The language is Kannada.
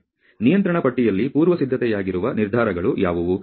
ಆದ್ದರಿಂದ ನಿಯಂತ್ರಣ ಪಟ್ಟಿಯಲ್ಲಿ ಪೂರ್ವಸಿದ್ಧತೆಯಾಗಿರುವ ನಿರ್ಧಾರಗಳು ಯಾವುವು